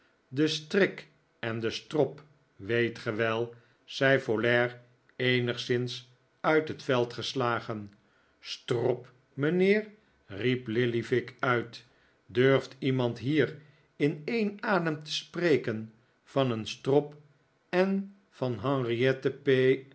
de strik en de strop weet ge wel zei folair eenigszins uit het veld gestagen stfop mijnheer riep lillyvick uit durft iemand hier in een adem te spreken van een strop en van